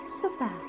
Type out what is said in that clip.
Super